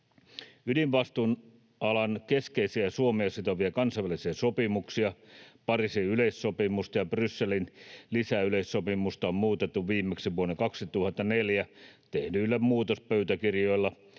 Ydinvastuualan keskeisiä Suomea sitovia kansainvälisiä sopimuksia, Pariisin yleissopimusta ja Brysselin lisäyleissopimusta, on muutettu viimeksi vuonna 2004 tehdyillä muutospöytäkirjoilla,